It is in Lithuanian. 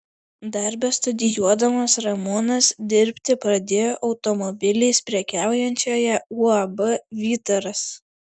dar bestudijuodamas ramūnas dirbti pradėjo automobiliais prekiaujančioje uab vytaras